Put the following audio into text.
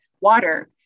water